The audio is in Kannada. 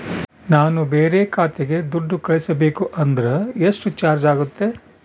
ನಾನು ಬೇರೆ ಖಾತೆಗೆ ದುಡ್ಡು ಕಳಿಸಬೇಕು ಅಂದ್ರ ಎಷ್ಟು ಚಾರ್ಜ್ ಆಗುತ್ತೆ?